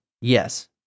Yes